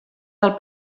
del